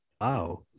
Wow